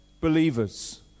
believers